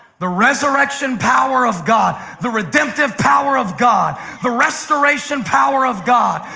the resurrection power of god, the redemptive power of god, the restoration power of god,